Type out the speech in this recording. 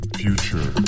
future